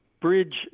bridge